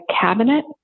cabinet